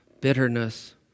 bitterness